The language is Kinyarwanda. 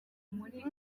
muri